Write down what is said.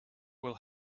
will